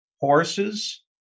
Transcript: horses